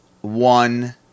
one